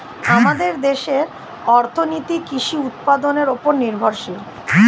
আমাদের দেশের অর্থনীতি কৃষি উৎপাদনের উপর নির্ভরশীল